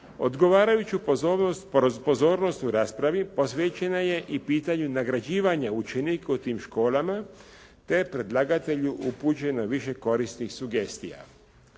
Odgovarajuću pozornost u raspravi posvećena je i pitanju nagrađivanja učenika u tim školama, te je predlagatelju upućeno više korisnih sugestija.